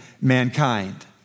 mankind